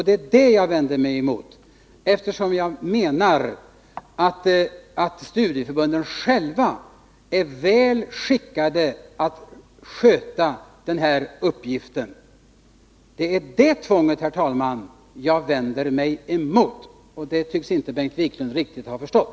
Det är detta jag har vänder mig emot, eftersom jag tycker att studieförbunden själva är väl skickade att sköta den här uppgiften. Det är det tvånget, herr talman, jag vänt mig emot. Det tycks inte Bengt Wiklund riktigt ha förstått.